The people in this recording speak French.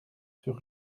sur